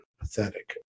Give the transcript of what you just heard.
pathetic